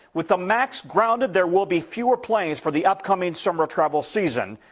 with the max grounded, there will be fewer planes for the upcoming summer travel season,